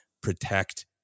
protect